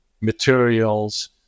materials